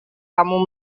kamu